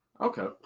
okay